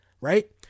right